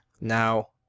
now